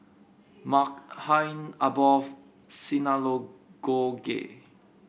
Maghain Aboth Synagogue